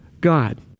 God